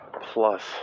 plus